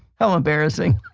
how embarrassing